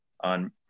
on